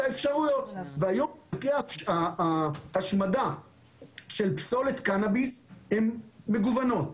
האפשרויות והיום אפשרויות ההשמדה של פסולת קנאביס הן מגוונות.